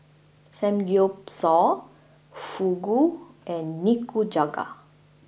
Samgeyopsal Fugu and Nikujaga